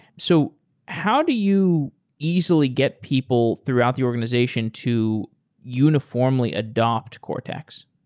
so how do you easily get people throughout the organization to uniformly adapt cortex?